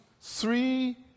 three